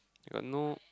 I got no